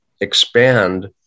expand